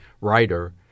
writer